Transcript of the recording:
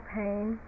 pain